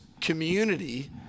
community